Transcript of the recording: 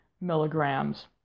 milligrams